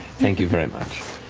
thank you very much.